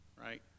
right